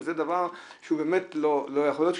זה דבר שהוא באמת לא יכול להיות,